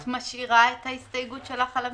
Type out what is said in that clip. את משאירה את ההסתייגות שלך על המשפחתונים?